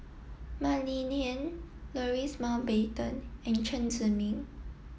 Mah Li Lian Louis Mountbatten and Chen Zhiming